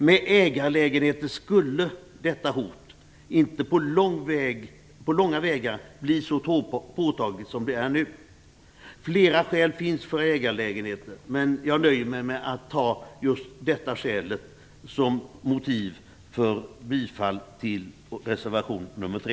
Med ägarlägenheter skulle detta problem inte på långa vägar bli så påtagligt som det är nu. Det finns mycket som talar för ägarlägenheter, men jag nöjer mig med detta som motiv för att yrka bifall till reservation nr 3.